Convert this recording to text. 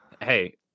hey